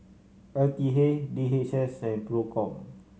L T A D H S and Procom